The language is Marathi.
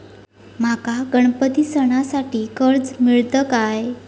माका गणपती सणासाठी कर्ज मिळत काय?